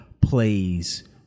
plays